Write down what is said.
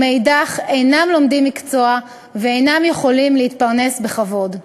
ומאידך גיסא הם אינם לומדים מקצוע ואינם יכולים להתפרנס בכבוד.